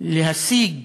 להשיג